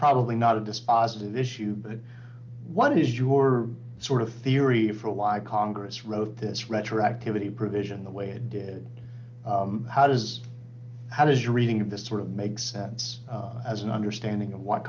probably not a dispositive issue but what is your sort of theory for why congress wrote this retroactivity provision the way it did how does how does your reading of this sort of make sense as an understanding of what